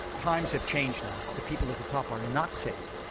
times have changed now, the people at the top are not safe.